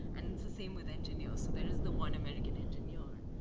and it's the same with engineer. so there is the one american engineer.